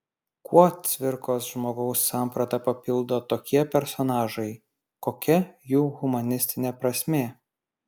kuo cvirkos žmogaus sampratą papildo tokie personažai kokia jų humanistinė prasmė